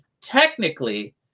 technically